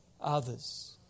others